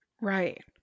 right